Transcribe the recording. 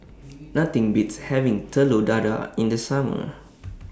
Nothing Beats having Telur Dadah in The Summer